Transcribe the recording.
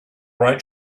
right